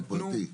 בפרטי?